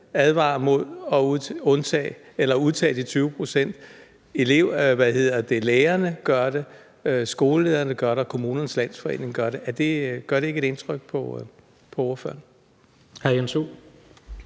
advarer mod at udtage de 20 pct., lærerne gør det, skolelederne gør det, og Kommunernes Landsforening gør det. Gør det ikke et indtryk på ordføreren?